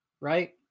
Right